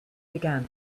began